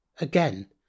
again